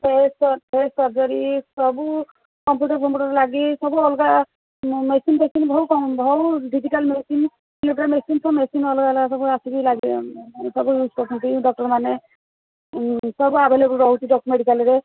face face surgery ସବୁ computer ଫମ୍ପୁଟର ଲାଗି ସବୁ ଅଲଗା ମେ ମେସିନ୍ ଫେସିନ ବହୁ ଡିଜିଟାଲ୍ ମେସିନ୍ ମେସିନ୍ ସବୁ ମେସିନ୍ ଅଲଗା ଅଲଗା ସବୁ ଆସିକି ଲାଗି ସବୁ ଡକ୍ଟର୍ମାନେ ସବୁ ଆଭେଲେବଲ୍ ରହୁଛି ଡାକ ମେଡ଼ିକାଲ୍ରେ